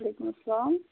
وعلیکُم اسلام